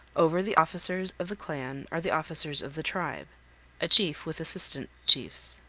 over the officers of the clan are the officers of the tribe a chief with assistant chiefs.